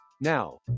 Now